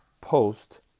post